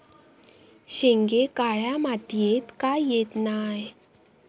शेंगे काळ्या मातीयेत का येत नाय?